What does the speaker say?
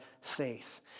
faith